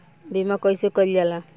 बीमा कइसे कइल जाला?